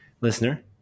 listener